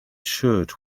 shirt